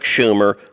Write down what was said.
Schumer